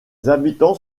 habitants